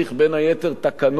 בין היתר, תקנות